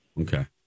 Okay